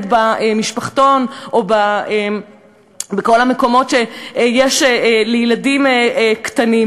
במשפחתון או בכל המקומות שיש לילדים קטנים,